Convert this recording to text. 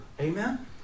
Amen